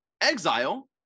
exile